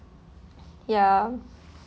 ya